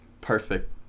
Perfect